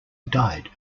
died